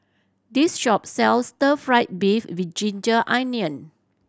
this shop sells stir fried beef with ginger onion